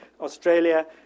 Australia